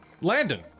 Landon